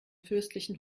fürstlichen